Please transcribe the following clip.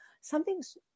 something's